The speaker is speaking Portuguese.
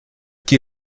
que